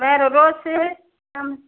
வேறு rose some